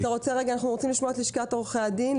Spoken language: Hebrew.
אנחנו רוצים לשמוע את לשכת עורכי הדין,